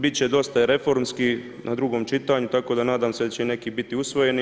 Bit će dosta i reformski na drugom čitanju, tako da nadam se da će i neki biti usvojeni.